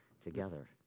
together